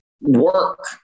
work